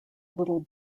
little